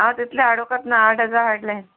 हांव तितलें हाडूंकत ना आट हजार हाडलें